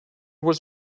was